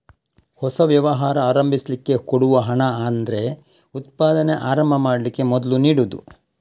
ಹೊಸ ವ್ಯವಹಾರ ಆರಂಭಿಸ್ಲಿಕ್ಕೆ ಕೊಡುವ ಹಣ ಅಂದ್ರೆ ಉತ್ಪಾದನೆ ಆರಂಭ ಮಾಡ್ಲಿಕ್ಕೆ ಮೊದ್ಲು ನೀಡುದು